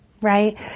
right